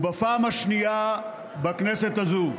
ובפעם השנייה בכנסת הזו.